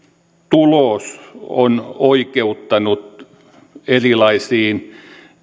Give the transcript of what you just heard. tulos on oikeuttanut erilaisiin